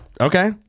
Okay